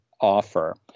offer